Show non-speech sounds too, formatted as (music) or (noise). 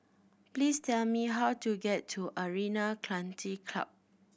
please tell me how to get to Arena (unintelligible) Club